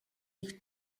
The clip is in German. ich